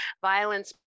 violence